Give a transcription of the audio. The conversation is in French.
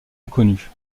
inconnue